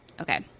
Okay